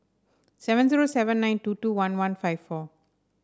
seven zero seven nine two two one one five four